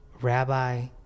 Rabbi